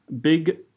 big